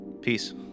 Peace